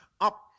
up